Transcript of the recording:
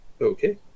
Okay